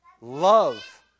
Love